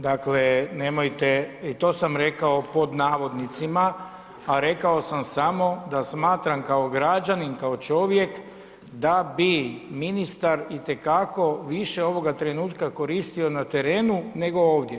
Dakle, nemojte i to sam rekao pod navodnicima, a rekao sam samo da smatram kao građanin, kao čovjek da bi ministar itekako više ovoga trenutka koristio na terenu nego ovdje.